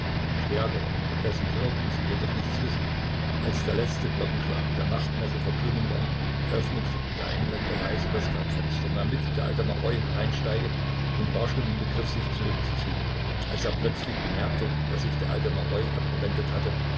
stärkerer von dessen wirken sie jedoch nichts wissen als der letzte glockenschlag der nachtmesse verklungen war öffnete der engländer leise das klappfenster damit der alte maroi hereinsteige und war schon im begriff sich zurückzuziehen als er plötzlich bemerkte daß sich der alte maroi abgewendet hatte